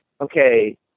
okay